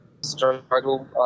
struggle